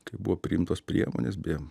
kai buvo priimtos priemonės beje